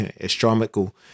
astronomical